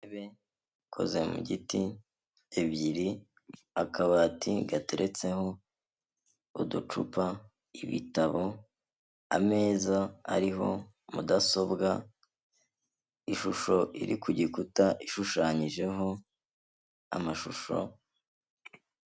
Intebe ikoze mu giti, ebyiri akabati gateretseho uducupa ibitabo ameza ariho mudasobwa, ishusho iri ku gikuta ishushanyijeho amashusho.